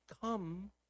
come